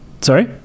sorry